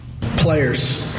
players